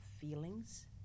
feelings